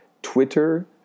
Twitter